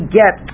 get